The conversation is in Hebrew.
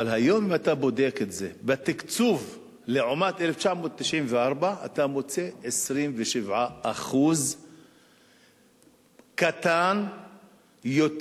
אבל היום אם אתה בודק את זה בתקצוב לעומת 1994 אתה מוצא 27% קטן יותר,